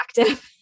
active